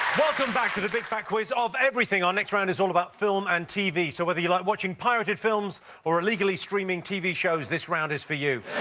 welcome back to the big fat quiz of everything. our next round is all about film and tv, so whether you like watching pirated films or illegally streaming tv shows, this round is for you.